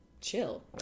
chill